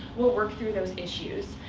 we'll work through those issues.